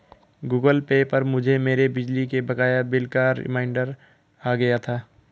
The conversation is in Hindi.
गूगल पे पर मुझे मेरे बिजली के बकाया बिल का रिमाइन्डर आ गया था